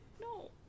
No